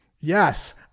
Yes